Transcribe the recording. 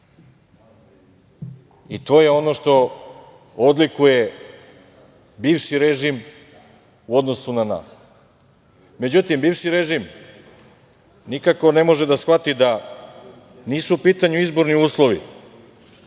To je ono što odlikuje bivši režim u odnosu na nas.Međutim, bivši režim nikako ne može da shvati da nisu u pitanju izborni uslovi,